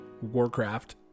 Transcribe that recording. Warcraft